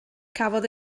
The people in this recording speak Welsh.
cafodd